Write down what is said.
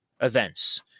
events